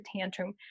tantrum